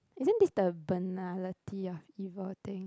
isn't is the banality of evil thing